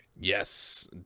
Yes